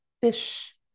fish